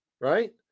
Right